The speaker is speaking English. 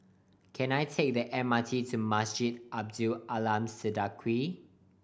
can I take the M R T to Masjid Abdul Aleem Siddique